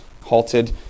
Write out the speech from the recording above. halted